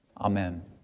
Amen